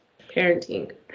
parenting